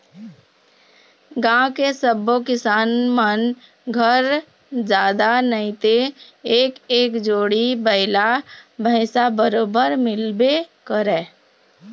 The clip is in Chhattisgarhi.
गाँव के सब्बो किसान मन घर जादा नइते एक एक जोड़ी बइला भइसा बरोबर मिलबे करय